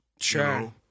Sure